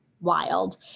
wild